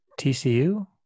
TCU